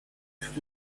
tout